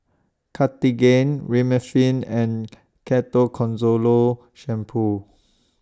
Cartigain Remifemin and Shampoo